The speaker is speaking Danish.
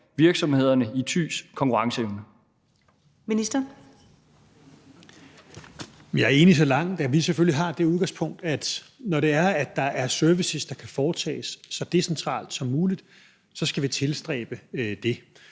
fiskeri (Rasmus Prehn): Jeg er enig så langt, at vi selvfølgelig har det udgangspunkt, at når det er, at der er servicer, der kan foretages så decentralt som muligt, så skal vi tilstræbe det.